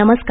नमस्कार